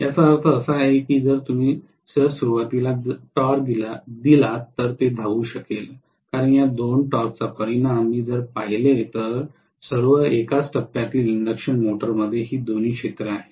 याचा अर्थ असा की जर तुम्ही जर सुरुवातीला टॉर्क दिलात तर ते धावू शकेल कारण या दोन टॉर्कचा परिणाम मी जर मी पाहिले तर सर्व एकाच टप्प्यातील इंडक्शन मोटरमध्ये ही दोन्ही क्षेत्रे आहेत